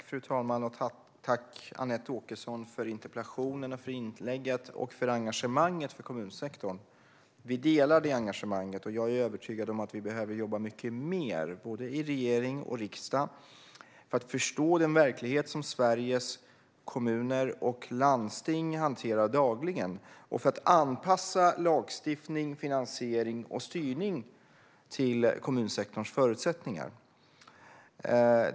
Fru talman! Tack, Anette Åkesson, för interpellationen, för inlägget och för engagemanget i kommunsektorn! Vi delar det engagemanget. Jag är övertygad om att vi behöver jobba mycket mer i både regering och riksdag för att förstå den verklighet som Sveriges kommuner och landsting dagligen hanterar och för att anpassa lagstiftning, finansiering och styrning till kommunsektorns förutsättningar.